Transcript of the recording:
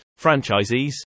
franchisees